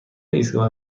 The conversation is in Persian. ایستگاه